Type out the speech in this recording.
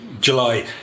July